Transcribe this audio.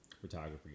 photography